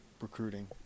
recruiting